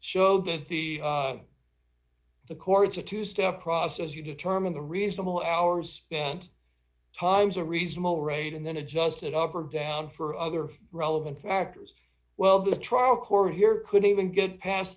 show that the the court's a two step process you determine the reasonable hours spent times a reasonable rate and then adjusted up or down for other relevant factors well the trial court here could even get past